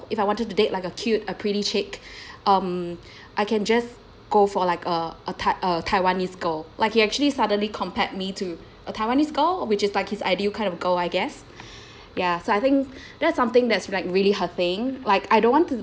if I wanted to date like a cute a pretty chick um I can just go for like a a tai~ uh taiwanese girl like he actually suddenly compared me to a taiwanese girl which is like his ideal kind of girl I guess ya so I think that's something that's like really hurting like I don't want to